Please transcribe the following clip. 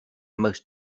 most